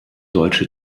deutsche